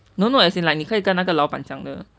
no no as in like 你可以跟那个老板讲的